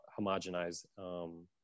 homogenize